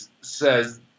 says